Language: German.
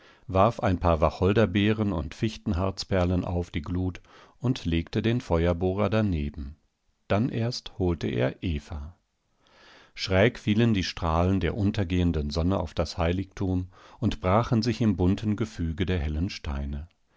warf ein paar wacholderbeeren und fichtenharzperlen auf die glut und legte den feuerbohrer daneben dann erst holte er eva schräg fielen die strahlen der untergehenden sonne auf das heiligtum und brachen sich im bunten gefüge der hellen steine